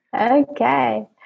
Okay